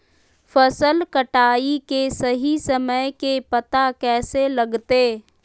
फसल कटाई के सही समय के पता कैसे लगते?